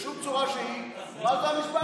בשום צורה שהיא מה זה המספר הזה.